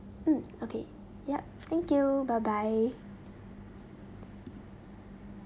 mm okay yup thank you bye bye